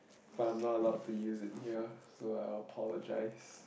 but I'm not allowed to use it here so I apologise